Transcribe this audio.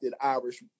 Irish